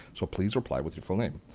so please reply with your full name.